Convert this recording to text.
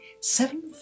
Seven